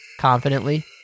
confidently